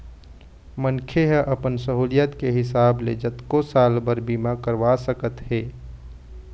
मनखे ह अपन सहुलियत के हिसाब ले जतको साल बर बीमा करवा सकत हे